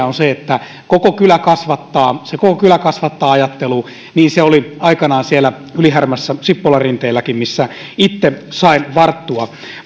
on se että koko kylä kasvattaa se koko kylä kasvattaa ajattelu oli aikanaan siellä ylihärmässä sippolanrinteelläkin missä itse sain varttua